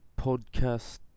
podcast